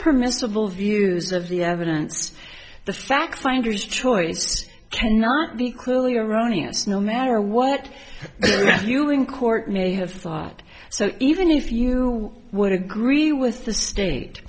permissible views of the evidence the fact finders choice cannot be clearly erroneous no matter what you in court may have thought so even if you would agree with the state